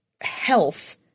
health